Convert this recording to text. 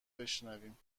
بشنویم